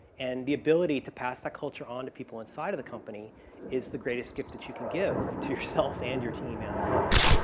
and the ability to pass that culture on to people inside of the company is the greatest gift that you can give to yourself and your team and the company.